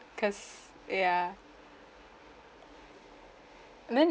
cause uh ya and then